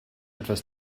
etwas